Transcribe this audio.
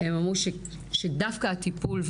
הם אמרו שדווקא הטיפול,